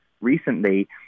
recently